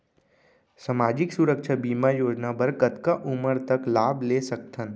सामाजिक सुरक्षा बीमा योजना बर कतका उमर तक लाभ ले सकथन?